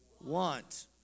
want